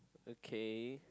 okay